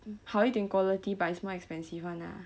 好一点 quality but it's more expensive [one] lah